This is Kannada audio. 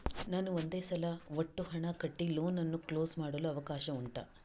ನಾನು ಒಂದೇ ಸಲ ಒಟ್ಟು ಹಣ ಕಟ್ಟಿ ಲೋನ್ ಅನ್ನು ಕ್ಲೋಸ್ ಮಾಡಲು ಅವಕಾಶ ಉಂಟಾ